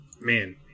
man